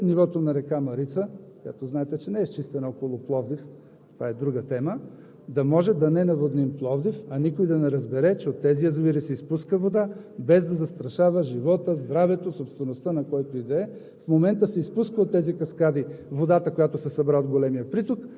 – равномерно, бавно, подавани от язовир в язовир, и когато падне нивото на река Марица – както знаете, не е изчистена около Пловдив, но това е друга тема – да може да не наводни и Пловдив, никой да не разбере, че се изпуска вода, без да застрашава живота, здравето, собствеността на който и да е.